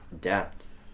deaths